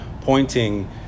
pointing